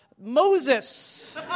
Moses